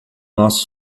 nosso